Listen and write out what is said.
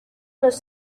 los